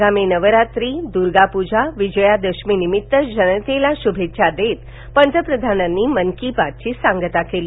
आगामी नवरात्री दुर्गापूजा विजयादशमी निमित्त जनतेला शूभेच्छा देत पंतप्रधानांनी मन की बातची सांगता केली